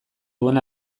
duen